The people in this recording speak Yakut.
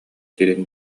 сирин